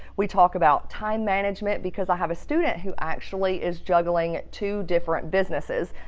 we talked about time management because i have a student who actually is juggling two different businesses.